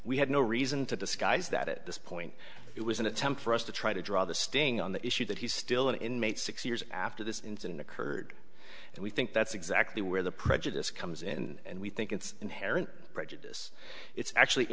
we had no reason to disguise that it this point it was an attempt for us to try to draw the sting on the issue that he's still an inmate six years after this incident occurred and we think that's exactly where the prejudice comes in and we think it's inherent prejudice it's actually